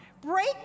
Break